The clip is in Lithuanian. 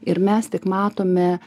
ir mes tik matome